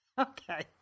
Okay